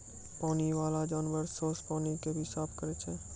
पानी बाला जानवर सोस पानी के भी साफ करै छै